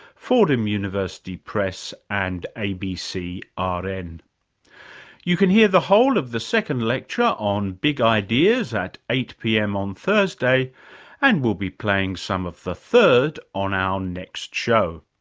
fordham university press and abc ah rn. and you can hear the whole of the second lecture on big ideas at eight pm on thursday and we'll be playing some of the third on our next show.